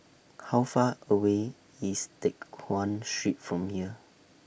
How Far away IS Teck Guan Street from here